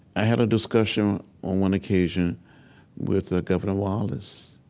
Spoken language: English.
i had a discussion on one occasion with ah governor wallace